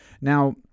Now